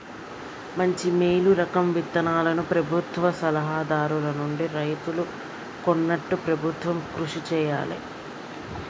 మంచి మేలు రకం విత్తనాలను ప్రభుత్వ సలహా దారుల నుండి రైతులు కొనేట్టు ప్రభుత్వం కృషి చేయాలే